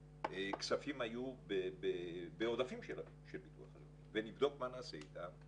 כספים היו בעודפים של הביטוח הלאומי ונבדוק מה נעשה איתם,